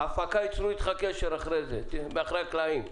ההפקה תיצור אתך קשר אחרי זה מאחורי הקלעים,